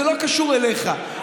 זה לא קשור אליך.